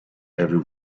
every